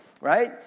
right